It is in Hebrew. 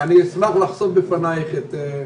אשמח לחשוף בפניך את המקרים.